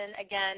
again